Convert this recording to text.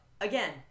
again